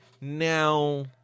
Now